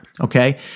okay